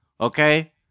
okay